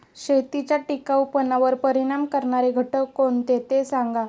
शेतीच्या टिकाऊपणावर परिणाम करणारे घटक कोणते ते सांगा